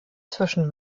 zwischen